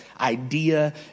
idea